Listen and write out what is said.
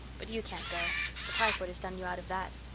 but you can't go the typhoid has done you out of that.